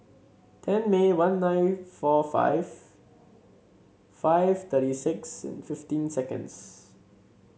ten May one nine four five five thirty six fifteen seconds